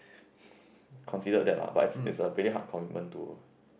considered that lah but it is it is a pretty hard commitment to